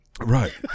Right